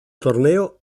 torneo